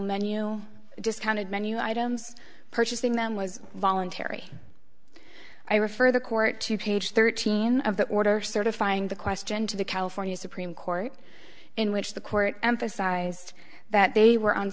menu discounted menu items purchasing them was voluntary i refer the court to page thirteen of the order certifying the question to the california supreme court in which the court emphasized that they were